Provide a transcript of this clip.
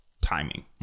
timing